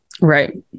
Right